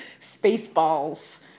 Spaceballs